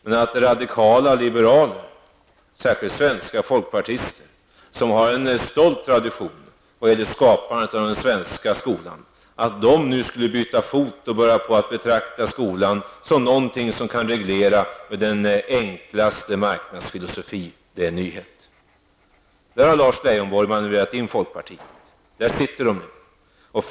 Men att radikala liberaler, särskilt svenska folkpartister, som har en stolt tradition när det gäller skapandet av den svenska skolan, nu skulle byta fot och betrakta skolan som någonting som kan regleras med den enklaste marknadsfilosofi, det är en nyhet. Dit har Lars Leijonborg manövrerat folkpartiet, och där sitter partiet nu.